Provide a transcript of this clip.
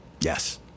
Yes